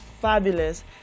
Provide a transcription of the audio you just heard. fabulous